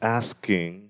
asking